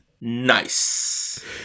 Nice